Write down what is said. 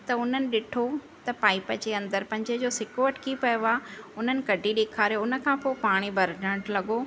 त उन्हनि ॾिठो त पाइप जे अंदरि पंहिंजे जो सिक्को अटकी पियो आहे उन्हनि कढी ॾेखारियो हुनखां पोइ पाणी भरिॼणु लॻो